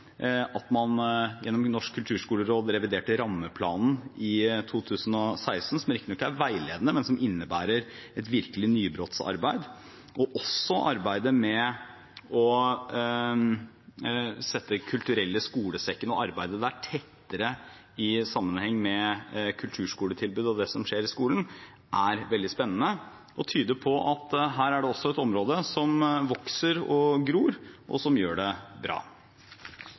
at man gjennom Norsk kulturskoleråd reviderte rammeplanen i 2016, som riktignok er veiledende, men som innebærer et virkelig nybrottsarbeid. Også arbeidet med å sette Den kulturelle skolesekken og arbeidet der tettere i sammenheng med kulturskoletilbudet og det som skjer i skolen, er veldig spennende og tyder på at her er det også et område som vokser og gror, og som gjør det bra.